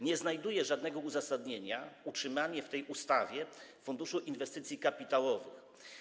Nie znajduje żadnego uzasadnienia utrzymanie w tej ustawie Funduszu Inwestycji Kapitałowych.